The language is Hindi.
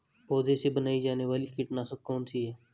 पौधों से बनाई जाने वाली कीटनाशक कौन सी है?